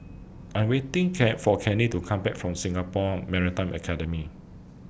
I'm waiting fear For Kenney to Come Back from Singapore Maritime Academy